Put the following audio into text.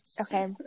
Okay